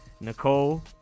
Nicole